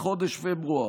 בחודש פברואר,